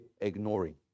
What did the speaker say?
ignoring